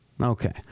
Okay